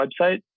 website